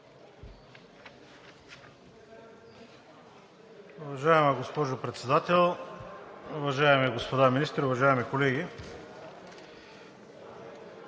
Уважаема госпожо Председател, уважаеми господа министри, уважаеми колеги!